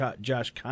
Josh